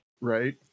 Right